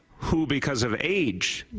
who because of age,